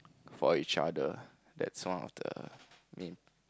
for each other that's one of the main